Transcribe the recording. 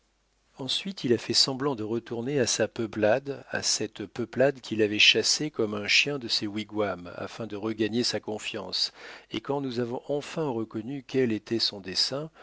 ensuite il a fait semblant de retourner à sa peuplade à cette peuplade qui l'avait chassé comme un chien de ses wigwams afin de regagner sa confiance et quand nous avons enfin reconnu quel était son dessein